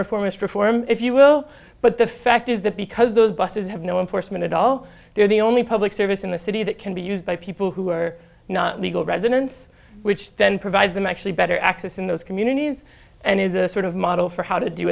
reformist reform if you will but the fact is that because those buses have no enforcement at all they're the only public service in the city that can be used by people who are not legal residents which then provides them actually better access in those communities and is a sort of model for how to do